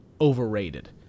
overrated